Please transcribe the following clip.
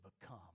become